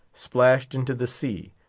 splashed into the sea,